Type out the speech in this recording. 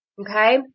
Okay